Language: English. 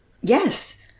Yes